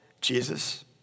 Jesus